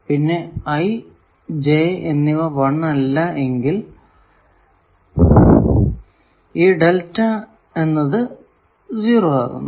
പിന്നെ ആണെങ്കിൽ ഈ ഡെൽറ്റ എന്നത് 0 ആകുന്നു